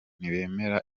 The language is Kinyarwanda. ntibemera